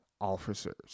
officers